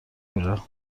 میره